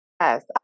Yes